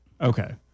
Okay